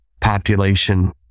population